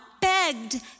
begged